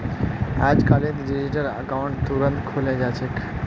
अजकालित digital account तुरंत खुले जा छेक